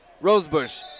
Rosebush